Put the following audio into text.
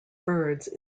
birds